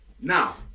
Now